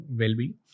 well-being